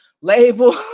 Label